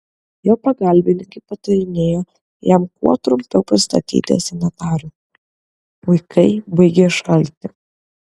jo pagalbininkai patarinėjo jam kuo trumpiau pristatyti senatorių vaikai baigią išalkti